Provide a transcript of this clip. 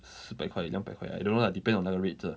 四百块两百块 I don't know lah depend on 那个 rate 的